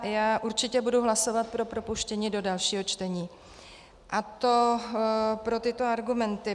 Já určitě budu hlasovat pro propuštění do dalšího čtení, a to pro tyto argumenty.